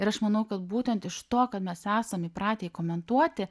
ir aš manau kad būtent iš to kad mes esam įpratę jį komentuoti